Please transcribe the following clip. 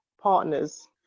partners